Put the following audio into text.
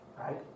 Right